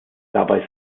dabei